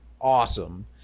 awesome